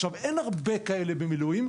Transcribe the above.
אין הרבה כאלה במילואים,